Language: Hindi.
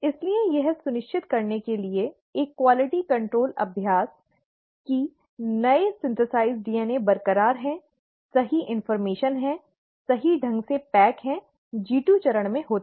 इसलिए यह सुनिश्चित करने के लिए एक गुणवत्ता नियंत्रण अभ्यास कि सभी नए संश्लेषित डीएनए बरकरार है सही जानकारी है सही ढंग से पैक है G2 चरण में होता है